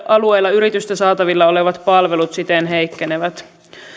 alueilla yritysten saatavilla olevat palvelut siten heikkenevät